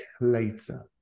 later